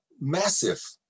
massive